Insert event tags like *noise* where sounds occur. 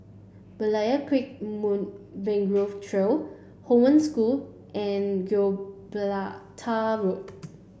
Berlayer Creek *unintelligible* Mangrove Trail Hong Wen School and Gibraltar Road